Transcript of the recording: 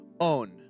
own